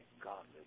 Godly